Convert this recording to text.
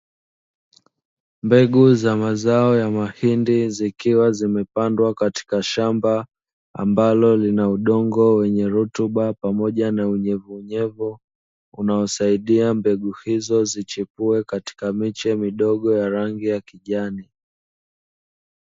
Mbegu za mazao ya mahindi zikiwa zimepandwa katika shamba ambalo lina udongo wenye rutuba, pamoja na unyevuunyevu unaosaidia mbegu hizo zichipue katika miche midogo ya rangi ya kijani.